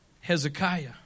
Hezekiah